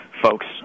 folks